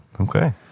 Okay